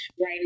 right